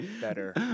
better